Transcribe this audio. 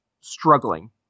struggling